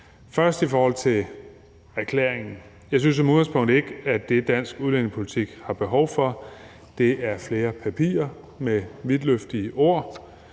sige i forhold til erklæringen, at jeg som udgangspunkt ikke synes, at det, som dansk udlændingepolitik har behov for, er flere papirer med vidtløftige ord.